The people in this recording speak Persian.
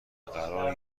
قراره